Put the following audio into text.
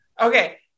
okay